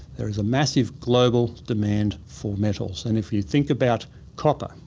there is a massive global demand for metals, and if you think about copper,